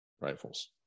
rifles